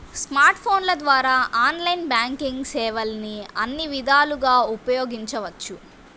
smart ఫోన్ల ద్వారా online banking సేవల్ని అన్ని విధాలుగా ఉపయోగించవచ్చు